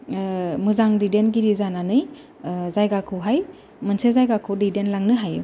मोजां दैदेनगिरि जानानै जायगाखौहाय मोनसे जायगाखौ दैदेनलांनो हायो